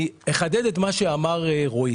אני אחדד את מה שאמר רועי.